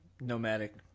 nomadic